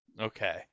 Okay